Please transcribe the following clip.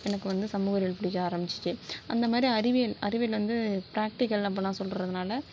எனக்கு வந்து சமூக அறிவியல் பிடிக்க ஆரம்பிச்சுச்சி அந்தமாதிரி அறிவியல் அறிவியல் வந்து ப்ராக்டிக்கல் அப்டிலாம் சொல்கிறதுனால